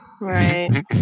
Right